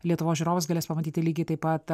lietuvos žiūrovas galės pamatyti lygiai taip pat